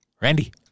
Randy